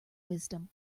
wisdom